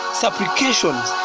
supplications